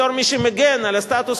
בתור מי שמגן על הסטטוס-קוו,